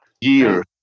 year